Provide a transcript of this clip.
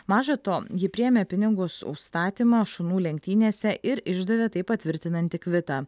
maža to ji priėmė pinigus už statymą šunų lenktynėse ir išdavė tai patvirtinantį kvitą